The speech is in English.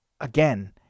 again